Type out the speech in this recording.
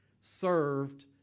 served